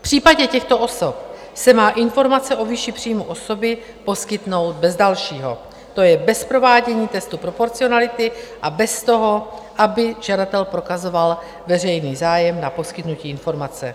V případě těchto osob se má informace o výši příjmu osoby poskytnout bez dalšího, to je bez provádění textu proporcionality a bez toho, aby žadatel prokazoval veřejný zájem na poskytnutí informace.